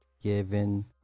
given